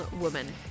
woman